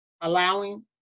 allowing